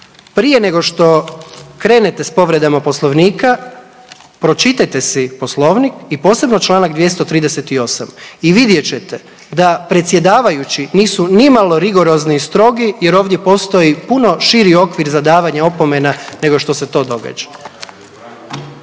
prije nego što krenete sa povredama poslovnika pročitajte si poslovnik i posebno čl. 238. i vidjet ćete da predsjedavajući nisu nimalo rigorozni i strogi jer ovdje postoji puno širi okvir za davanje opomena nego što se to događa.